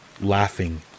laughing